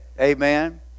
Amen